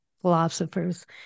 philosophers